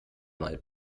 mal